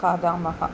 खादामः